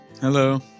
Hello